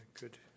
good